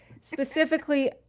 specifically